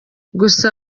gusa